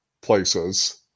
places